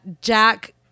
Jack